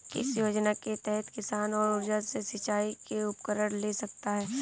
किस योजना के तहत किसान सौर ऊर्जा से सिंचाई के उपकरण ले सकता है?